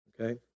Okay